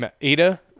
Ada